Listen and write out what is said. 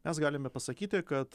mes galime pasakyti kad